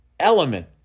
Element